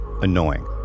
annoying